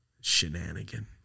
shenanigan